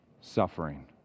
Suffering